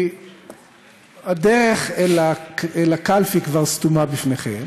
כי הדרך אל הקלפי כבר סתומה בפניכם.